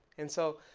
and so,